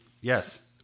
Yes